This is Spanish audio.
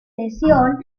cesión